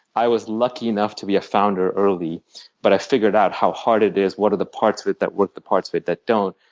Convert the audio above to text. i was lucky enough to be a founder early but i figured out how hard it is what are the parts of it that work, the parts of it that don't.